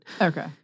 Okay